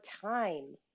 time